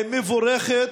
מבורכת,